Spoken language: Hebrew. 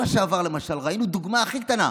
בשבוע שעבר, למשל, ראינו דוגמה הכי קטנה: